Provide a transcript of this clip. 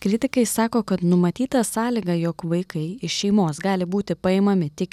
kritikai sako kad numatyta sąlyga jog vaikai iš šeimos gali būti paimami tik